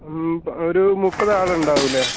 ഒരു മുപ്പത് ആൾ ഉണ്ടാകുമല്ലെ